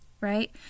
right